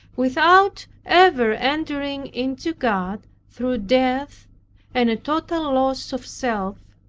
without ever entering into god through death and a total loss of self,